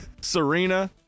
serena